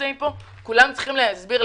כולם צריכים להישמע.